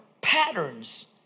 patterns